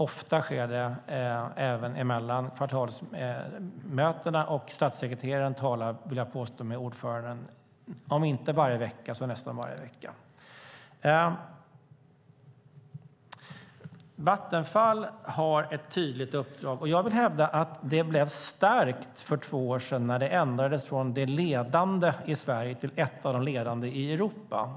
Ofta sker det träffar även mellan kvartalsmötena, och statssekreteraren talar med ordföranden om inte varje vecka så i alla fall nästan varje vecka. Vattenfall har ett tydligt uppdrag, och jag vill hävda att det blev stärkt för två år sedan när det ändrades från att man var ledande i Sverige till att bli ett av de ledande i Europa.